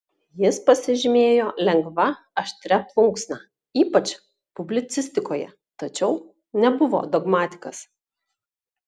jis pasižymėjo lengva aštria plunksna ypač publicistikoje tačiau nebuvo dogmatikas